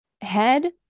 head